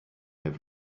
have